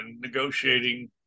negotiating